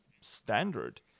standard